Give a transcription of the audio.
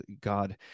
God